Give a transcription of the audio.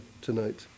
tonight